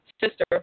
sister